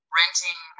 renting